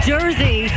Jersey